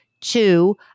Two